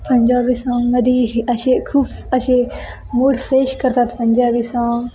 पंजाबी साँगमध्ये असे खूप असे मूड फ्रेश करतात पंजाबी साँग